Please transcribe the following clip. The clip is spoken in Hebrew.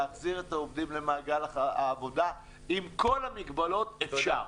להחזיר את העובדים למעגל העבודה עם כל המגבלות אפשר.